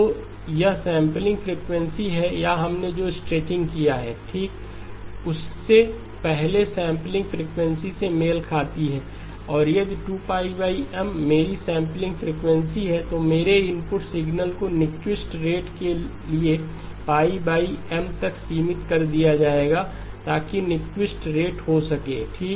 तो यह sampling frequency है या हमने जो स्ट्रेचिंग किया हैओके उससे पहले सैंपलिंग फ़्रीक्वेंसी से मेल खाती है और यदि 2 M मेरी सैंपलिंग फ़्रीक्वेंसी है तो मेरे इनपुट सिग्नल को निक्विस्ट रेट के लिए M तक सीमित कर दिया जाएगा ताकि निक्विस्ट रेट हो सके ठीक